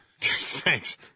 Thanks